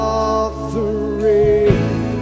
offering